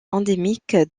endémique